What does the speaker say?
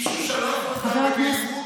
מישהו שלף אותה במהירות,